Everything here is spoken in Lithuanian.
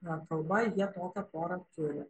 na kalba jie tokią porą turi